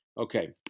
Okay